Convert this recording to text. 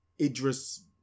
Idris